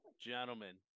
gentlemen